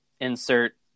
insert